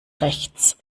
rechts